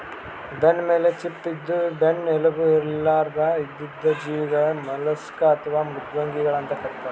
ಬೆನ್ನಮೇಲ್ ಚಿಪ್ಪ ಇದ್ದು ಬೆನ್ನ್ ಎಲುಬು ಇರ್ಲಾರ್ದ್ ಇದ್ದಿದ್ ಜೀವಿಗಳಿಗ್ ಮಲುಸ್ಕ್ ಅಥವಾ ಮೃದ್ವಂಗಿಗಳ್ ಅಂತ್ ಕರಿತಾರ್